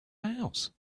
house